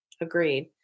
Agreed